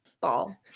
ball